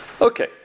Okay